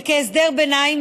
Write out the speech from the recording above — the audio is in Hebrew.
כהסדר ביניים,